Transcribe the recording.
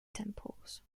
temples